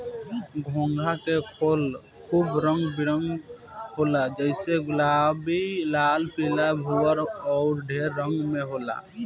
घोंघा के खोल खूब रंग बिरंग होला जइसे गुलाबी, लाल, पीला, भूअर अउर ढेर रंग में होला